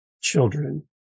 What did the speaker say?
children